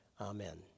Amen